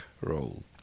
role